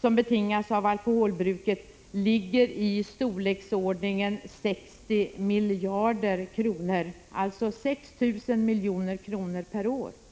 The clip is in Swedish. som betingas av just alkoholbruket ligger i storleksordningen 60 miljarder kronor, alltså 6 000 milj.kr. per år.